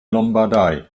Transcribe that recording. lombardei